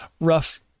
rough